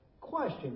Question